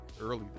early